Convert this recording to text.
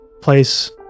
place